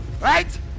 Right